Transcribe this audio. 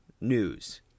news